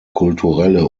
kulturelle